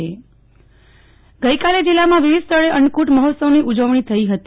નેહલ ઠક્કર અન્નકૂટ ઉત્સવ ગઈકાલે જિલ્લામાં વિવિધ સ્થળે અન્નકુટ મહોત્સવની ઉજવણી થઈ હતી